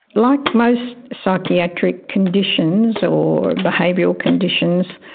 like most psychiatric conditions or behavioural conditions,